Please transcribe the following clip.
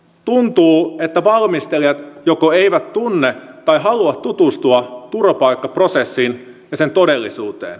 tuntuu että valmistelijat joko eivät tunne tai halua tutustua turvapaikkaprosessiin ja sen todellisuuteen